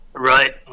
right